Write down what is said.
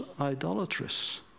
idolatrous